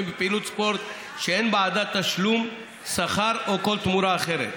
בפעילות ספורט שאין בעדה תשלום שכר או כל תמורה אחרת.